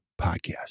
Podcast